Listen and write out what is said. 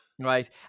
Right